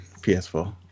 PS4